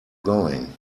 going